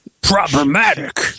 problematic